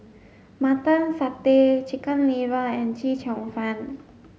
mutton satay chicken liver and Chee Cheong fun